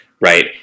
right